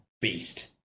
beast